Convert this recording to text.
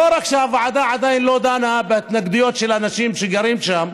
לא רק שהוועדה עדיין לא דנה בהתנגדויות של אנשים שגרים שם,